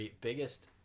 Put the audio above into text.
biggest